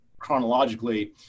chronologically